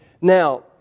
Now